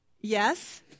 Yes